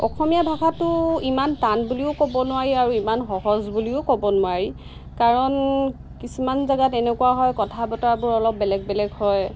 অসমীয়া ভাষাটো ইমান টান বুলিও ক'ব নোৱাৰি আৰু ইমান সহজ বুলিও ক'ব নোৱাৰি কাৰণ কিছুমান জেগাত এনেকুৱা হয় কথা বতৰাবোৰ অলপ বেলেগ বেলেগ হয়